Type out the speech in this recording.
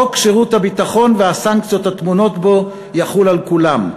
חוק שירות הביטחון והסנקציות הטמונות בו יחולו על כולם.